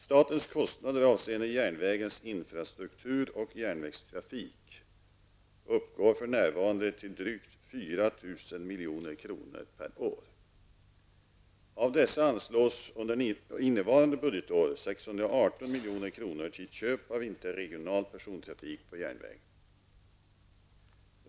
Statens kostnader avseende järnvägens infrastruktur och järnvägstrafik uppgår för närvarande till drygt 4 000 milj.kr. per år. Av dessa anslås, under innevarande budgetår, 618 milj.kr. till köp av interregional persontrafik på järnväg.